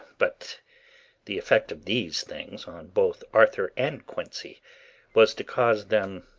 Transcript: but the effect of these things on both arthur and quincey was to cause them